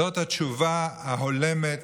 זאת התשובה ההולמת